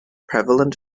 prevalent